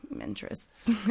interests